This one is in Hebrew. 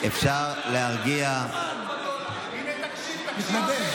אם היא תקשיב, תקשיב,